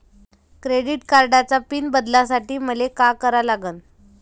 Credit कार्डाचा PIN बदलासाठी मले का करा लागन?